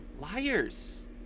liars